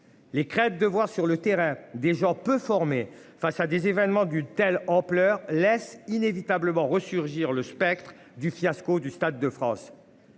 Les craintes de voir sur le terrain des gens peu formés face à des événements d'une telle ampleur laisse inévitablement ressurgir le spectre du fiasco du Stade de France.